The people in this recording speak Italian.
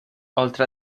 oltre